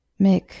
Mick